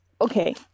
Okay